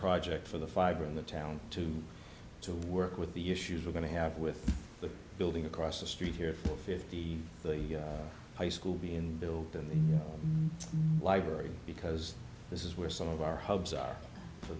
project for the fiber in the town two to work with the issues we're going to have with the building across the street here fifty the high school been built in the library because this is where some of our hubs are for